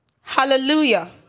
Hallelujah